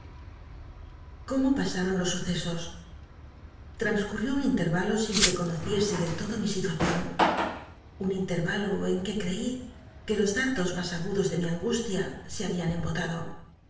pasa ron los sucesos l'tanscwtió un interva lo sin que conociese del todo mi situacion un intervalo en que creí r uc los dardos mas ngudos de mi angustia se habían embolado